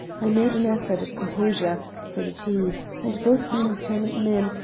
i made an effort at composure, so did he and both being determined men,